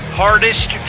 hardest